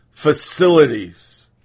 facilities